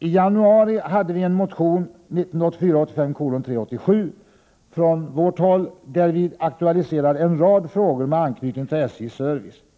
I januari väckte vi en motion, 1984/85:387, från vårt håll där vi aktualiserade en rad frågor med anknytning till SJ:s service.